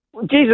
Jesus